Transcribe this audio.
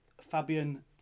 fabian